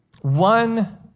one